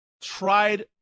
tried